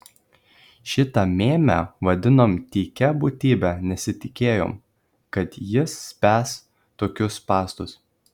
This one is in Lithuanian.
šitą mėmę vadinom tykia būtybe nesitikėjom kad jis spęs tokius spąstus